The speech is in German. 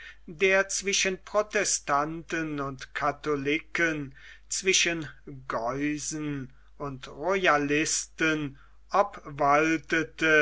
der zwischen protestanten und katholiken zwischen geusen und royalisten